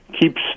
keeps